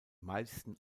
meisten